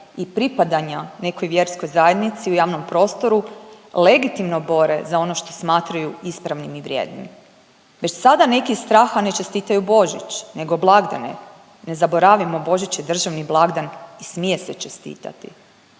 i pripadanja nekoj vjerskoj zajednici u javnom prostoru legitimno bore za ono što smatraju ispravnim i vrijednim. Već sada neki iz straha ne čestitaju Božić nego blagdane, ne zaboravimo Božić je državni blagdan i smije se čestitati.